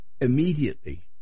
immediately